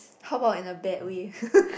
how about in a bad way